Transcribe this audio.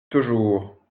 toujours